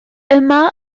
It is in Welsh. yma